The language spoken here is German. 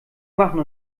machen